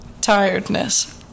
tiredness